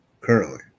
currently